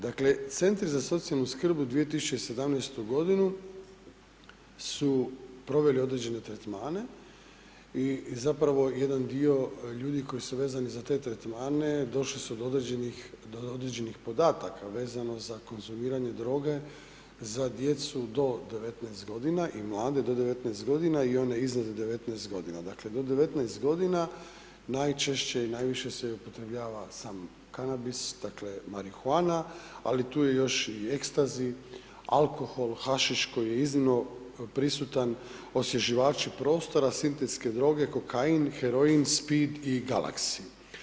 Dakle, Centri za socijalnu skrb u 2017.g. su proveli određeni tretmane i zapravo jedan dio ljudi koji su vezani za te tretmane došli su do određenih podataka vezano za konzumiranje droge za djecu do 19.g. i mlade do 19.g. i one iznad 19.g., dakle, do 19.g. najčešće i najviše se upotrebljava sam kanabis, dakle, marihuana, ali tu je još i ekstazi, alkohol, hašiš koji je iznimno prisutan, osvježivači prostora, sintetske droge, kokain, heroin, spid i galaxy.